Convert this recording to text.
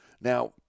Now